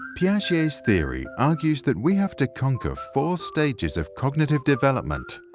piaget's theory argues that we have to conquer four stages of cognitive development.